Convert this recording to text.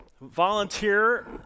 volunteer